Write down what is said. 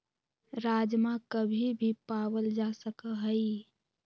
राजमा कभी भी पावल जा सका हई